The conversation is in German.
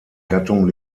gattung